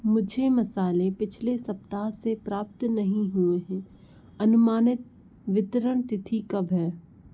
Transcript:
मुझे मसाले पिछले सप्ताह से प्राप्त नहीं हुए हैं अनुमानित वितरण तिथि कब है